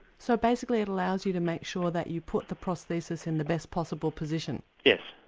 so basically it allows you to make sure that you put the prosthesis in the best possible position? yes.